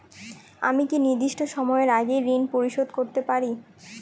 আমি কি নির্দিষ্ট সময়ের আগেই ঋন পরিশোধ করতে পারি?